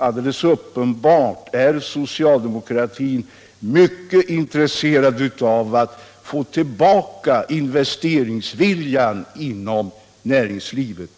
Alldeles uppenbart är socialdemokratin mycket intresserad av att få tillbaka investeringsviljan inom näringslivet.